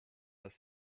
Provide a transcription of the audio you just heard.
das